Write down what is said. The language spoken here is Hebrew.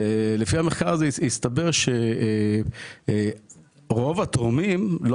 ולפי המחקר הזה הסתבר שרוב התורמים לא